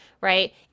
right